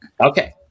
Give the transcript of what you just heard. Okay